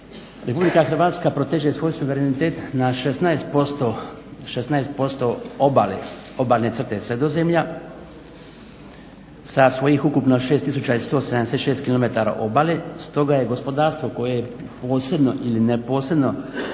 okvira. Hrvatska proteže svoj suverenitet na 16% obalne crte Sredozemlja sa svojih ukupno 6 176 km obale stoga je gospodarstvo koje je posredno ili neposredno